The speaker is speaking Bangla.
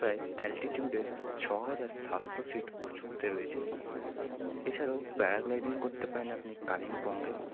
প্রায় অ্যালটিটিউডের ছহাজার সাতশো ফুট উঁচুতে রয়েছে এছাড়াও প্যারাগ্লাইডিং করতে পারেন আপনি কালিংপংয়ে